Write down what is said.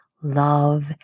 love